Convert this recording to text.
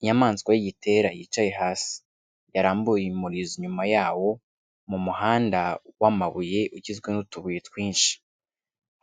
Inyamaswa y'Igitera yicaye hasi, yarambuye umurizo inyuma yawo mu muhanda w'amabuye ugizwe n'utubuye twinshi